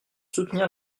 soutenir